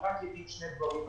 אני אומר רק שני דברים.